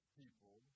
people